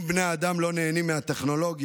אם בני אדם לא נהנים מהטכנולוגיה,